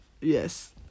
yes